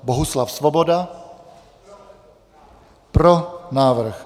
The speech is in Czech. Bohuslav Svoboda: Pro návrh.